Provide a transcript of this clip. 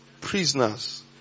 prisoners